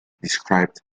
described